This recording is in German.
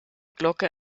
glocke